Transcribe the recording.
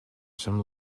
some